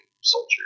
Soldier